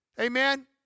Amen